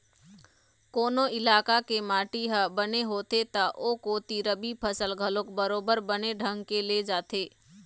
कोनो इलाका के माटी ह बने होथे त ओ कोती रबि फसल घलोक बरोबर बने ढंग के ले जाथे